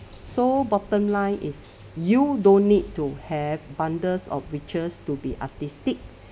so bottom line is you don't need to have bundles of riches to be artistic